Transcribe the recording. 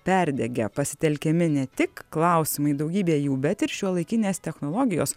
perdegė pasitelkiami ne tik klausimai daugybė jų bet ir šiuolaikinės technologijos